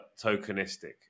tokenistic